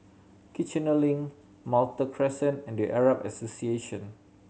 Kiichener Link Malta Crescent and The Arab Association